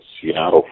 Seattle